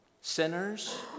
Sinners